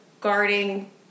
guarding